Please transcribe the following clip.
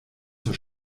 zur